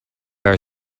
are